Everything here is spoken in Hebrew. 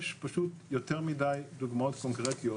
יש פשוט יותר מדי דוגמאות קונקרטיות